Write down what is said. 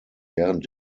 während